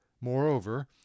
Moreover